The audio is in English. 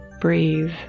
Breathe